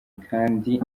kandi